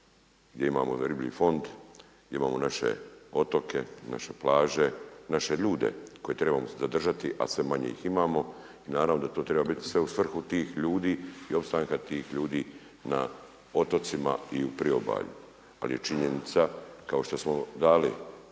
gdje imamo riblji fond, gdje imamo naše otoke, naše plaće, naše ljude koje trebamo zadržati, a sve manje ih imamo i naravno da to treba biti sve u svrhu tih ljudi i opstanka tih ljudi na otocima i u priobalju. Ali je činjenica kao što smo dali